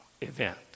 event